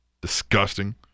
Disgusting